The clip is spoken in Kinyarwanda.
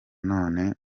none